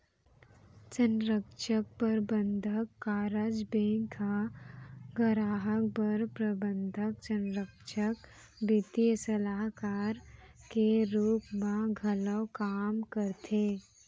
संरक्छक, परबंधक, कारज बेंक ह गराहक बर प्रबंधक, संरक्छक, बित्तीय सलाहकार के रूप म घलौ काम करथे